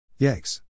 Yikes